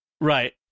Right